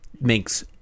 makes